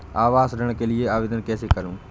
आवास ऋण के लिए आवेदन कैसे करुँ?